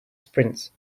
sprints